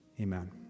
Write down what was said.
Amen